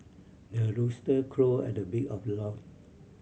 the rooster crow at the break of